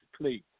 please